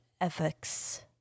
ethics